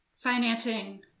financing